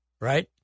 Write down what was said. right